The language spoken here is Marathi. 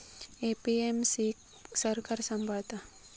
ए.पी.एम.सी क सरकार सांभाळता